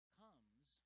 comes